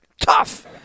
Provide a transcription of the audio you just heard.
tough